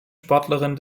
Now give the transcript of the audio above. sportlerin